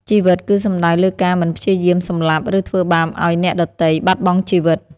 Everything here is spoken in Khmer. ជីវិតគឺសំដៅលើការមិនព្យាយាមសម្លាប់ ឬធ្វើបាបឲ្យអ្នកដទៃបាត់បង់ជីវិត។